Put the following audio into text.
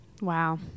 Wow